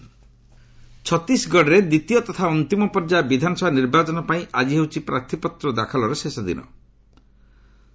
Chhattisgarh poll ଛତିଶଗଡ଼ରେ ଦ୍ୱିତୀୟ ତଥା ଅନ୍ତିମ ପର୍ଯ୍ୟାୟ ବିଧାନସଭା ନିର୍ବାଚନ ପାଇଁ ଆଜି ହେଉଛି ପ୍ରାର୍ଥୀପତ୍ର ଦାଖଲର ଶେଷ ତାରିଖ